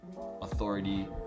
authority